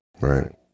Right